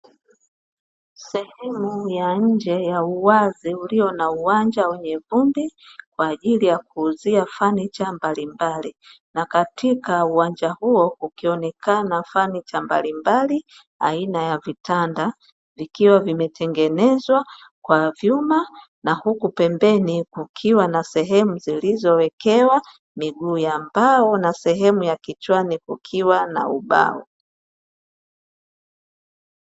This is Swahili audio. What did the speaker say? Sehemu ya nje ya uwazi ulio na uwanja wenye vumbi kwa ajili ya kuuzia fanicha mbalimbali, na katika uwanja huo kukionekana fanicha mbalimbali aina ya vitanda vikiwa vimetengenezwa kwa vyuma na huku pembeni kukiwa na sehemu zilizowekewa miguu ya mbao na sehemu ya kichwani kukiwa na ubao.